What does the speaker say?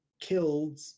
killed